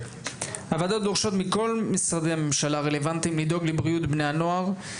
הוועדות דורשות מכל משרדי הממשלה הרלוונטיים לדאוג לבריאות בני הנוער.